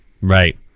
right